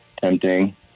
tempting